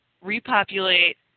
repopulate